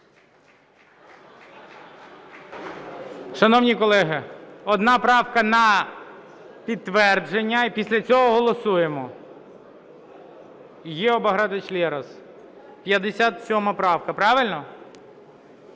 Шановні колеги, одна правка на підтвердження, і після цього голосуємо. Гео Багратович Лерос, 57 правка. Правильно?